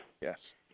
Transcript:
Yes